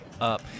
Up